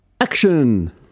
Action